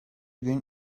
gün